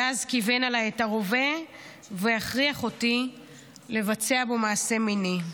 ואז כיוון אליי את הרובה והכריח אותי לבצע בו מעשה מיני.